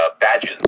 badges